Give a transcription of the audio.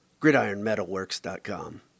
GridironMetalworks.com